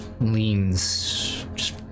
leans